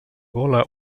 gola